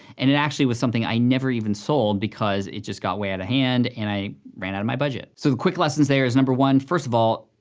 and it actually was something i never even sold, because it just got way outta hand, and i ran outta my budget. so the quick lessons there is, number one, first of all,